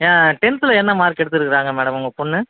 ஆ டென்த்தில் என்ன மார்க் எடுத்துருக்குறாங்க மேடம் உங்கள் பொண்ணு